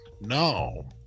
no